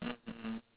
mmhmm